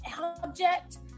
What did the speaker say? object